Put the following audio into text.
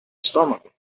estômago